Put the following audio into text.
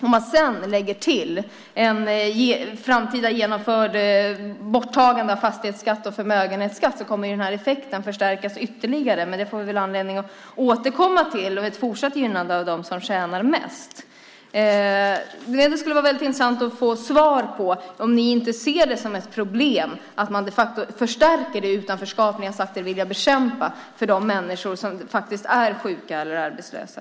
Om man sedan lägger till ett framtida genomfört borttagande av fastighetsskatt och förmögenhetsskatt kommer den här effekten att förstärkas ytterligare. Men det får vi väl anledning att återkomma till och ett fortsatt gynnande av dem som tjänar mest. Det skulle vara väldigt intressant att få svar på om ni inte ser det som ett problem att man förstärker det utanförskap ni har sagt er vilja bekämpa för de människor som faktiskt är sjuka eller arbetslösa.